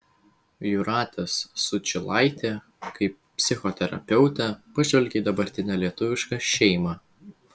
jūratės sučylaitė kaip psichoterapeutė pažvelgė į dabartinę lietuvišką šeimą